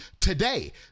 today